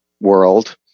world